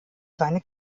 seine